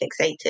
fixated